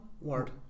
word